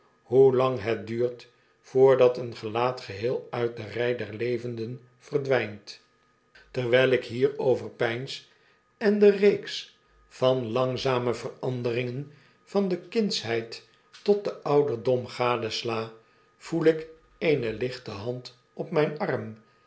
hoe lang het duurt voordat een gelaat geheel uit de rei der levenden verdwijnt terwijl ik hierover peins en de reeks van langzame veranderingen van de kindsheid tot den ouderdom gadesla voel ik eene lichte hand op mijn arm